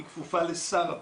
היא כפופה לשר הפנים.